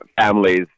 families